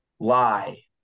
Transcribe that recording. lie